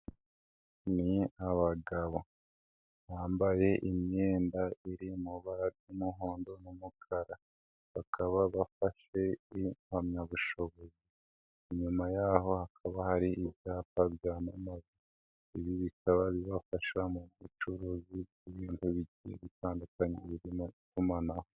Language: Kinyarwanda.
Ni abagabo bambaye imyenda iri mu bara y'umuhondo n'umukara, bakaba bafashe impamyabushobozi, inyuma yaho hakaba hari ibyapa byamamaraza, ibi bikaba bibafasha mu bucuruzi bw'ibindi bigiye gutandukanye birimo itumanaho.